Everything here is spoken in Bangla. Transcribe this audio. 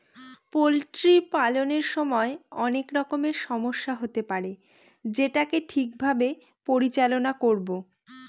পোল্ট্রি পালনের সময় অনেক রকমের সমস্যা হতে পারে যেটাকে ঠিক ভাবে পরিচালনা করবো